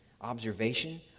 observation